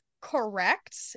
correct